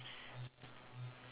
~ce